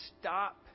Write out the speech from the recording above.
stop